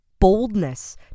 boldness